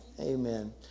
Amen